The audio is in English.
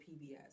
pbs